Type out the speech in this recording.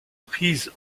prises